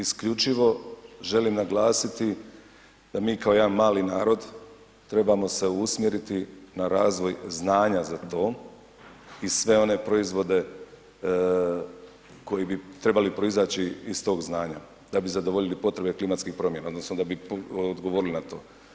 Isključivo, isključivo želim naglasiti da mi kao jedan mali narod trebamo se usmjeriti na razvoj znanja za to i sve one proizvode koji bi trebali proizaći iz tog znanja da bi zadovoljili potrebe klimatskih promjena, odnosno da bi odgovorili na to.